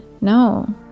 No